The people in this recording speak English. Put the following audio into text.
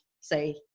say